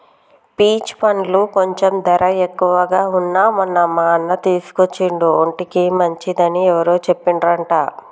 peach పండ్లు కొంచెం ధర ఎక్కువగా వున్నా మొన్న మా అన్న తీసుకొచ్చిండు ఒంటికి మంచిది అని ఎవరో చెప్పిండ్రంట